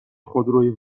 خودروی